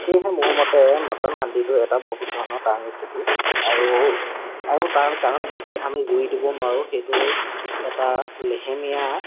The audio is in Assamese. সেয়েহে মোৰ মতে মটন হাণ্ডিটো এটা বহুত ধৰণৰ টান ৰেচিপি আৰু আৰু তাৰ কাৰণ বেছি আমি জুই দিবও নোৱাৰোঁ সেইটো এটা লেহেমীয়া